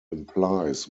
implies